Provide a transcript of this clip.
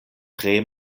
tre